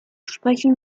sprechen